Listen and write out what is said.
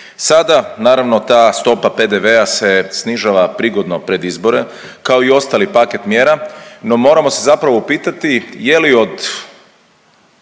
Sada naravno ta stopa PDV-a se snižava prigodno pred izbore, kao i ostali paket mjera. No moramo se zapravo upitati je li od